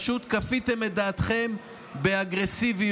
פשוט כפיתם את דעתכם באגרסיביות.